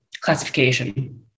classification